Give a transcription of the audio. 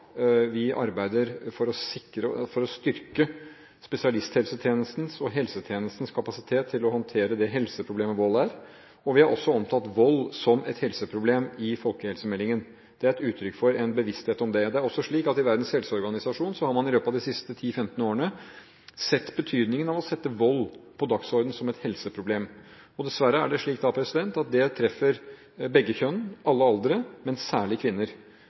vi arbeider for å styrke spesialisthelsetjenestens og helsetjenestens kapasitet til å håndtere det helseproblemet vold er, og vi har også omtalt vold som et helseproblem i folkehelsemeldingen. Det er et uttrykk for en bevissthet om det. Det er også slik at Verdens helseorganisasjon i løpet av de siste 10–15 årene har sett betydningen av å sette vold på dagsordenen som et helseproblem. Dessverre er det slik at det treffer begge kjønn og alle aldre, men særlig kvinner.